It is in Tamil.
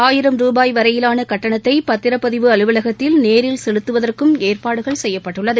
ஆயிரம் ரூபாய் வரையிலான கட்டணத்தை பத்திரப்பதிவு அலுவலகத்தில் நேரில் செலுத்துவதற்கும் ஏற்பாடு செய்யப்பட்டுள்ளது